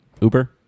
Uber